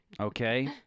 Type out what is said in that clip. Okay